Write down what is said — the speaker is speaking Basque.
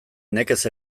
nekez